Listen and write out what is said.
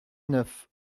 neuf